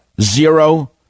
Zero